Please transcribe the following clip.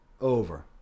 Over